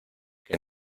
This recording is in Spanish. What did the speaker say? que